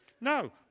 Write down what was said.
no